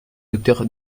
docteur